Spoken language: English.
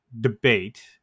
debate